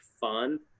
fun